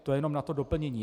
To jenom na doplnění.